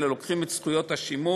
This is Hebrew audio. אלא לוקחים את זכויות השימוש,